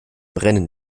brennen